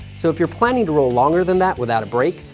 so if you're planning to roll longer than that without a break,